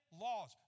laws